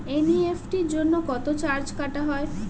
NEFT জন্য কত charge কাটা হয়?